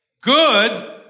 Good